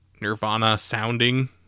Nirvana-sounding